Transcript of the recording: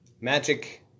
Magic